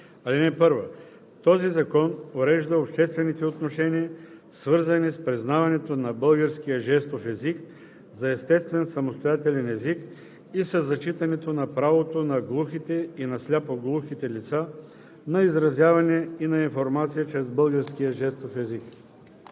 „Чл. 1. (1) Този закон урежда обществените отношения, свързани с признаването на българския жестов език за естествен самостоятелен език и със зачитането на правото на глухите и на сляпо-глухите лица на изразяване и на информация чрез българския жестов език.